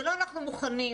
זה לא אנחנו מוכנים,